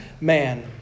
man